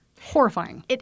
Horrifying